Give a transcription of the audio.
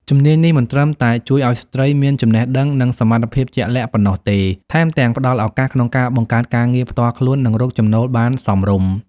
ជំនាញនេះមិនត្រឹមតែជួយឱ្យស្ត្រីមានចំណេះដឹង និងសមត្ថភាពជាក់លាក់ប៉ុណ្ណោះទេ ថែមទាំងផ្តល់ឱកាសក្នុងការបង្កើតការងារផ្ទាល់ខ្លួន និងរកចំណូលបានសមរម្យ។